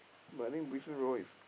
but I think Brisbane-Roar is